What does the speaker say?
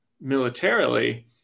militarily